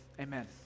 Amen